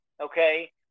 Okay